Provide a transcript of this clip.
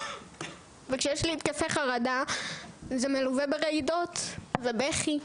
וכשיש לי התקפי חרדה זה מלווה ברעידות ובבכי,